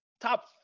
Top